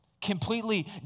Completely